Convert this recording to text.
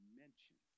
mention